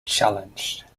challenged